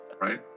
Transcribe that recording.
Right